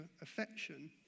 affection